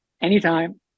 anytime